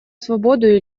свободу